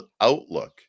Outlook